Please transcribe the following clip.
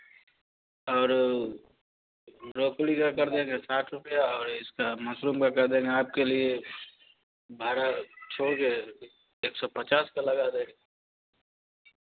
और ब्रोकली का कर देंगे साठ रुपया और इस मशरूम कर देंगे आपके लिए बारा सौ एक सौ पचास का लगा देंगे